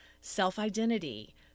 self-identity